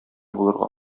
булырга